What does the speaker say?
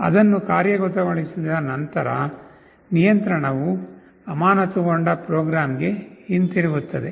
ಅದನ್ನು ಕಾರ್ಯಗತಗೊಳಿಸಿದ ನಂತರ ನಿಯಂತ್ರಣವು ಅಮಾನತುಗೊಂಡ ಪ್ರೋಗ್ರಾಂಗೆ ಹಿಂತಿರುಗುತ್ತದೆ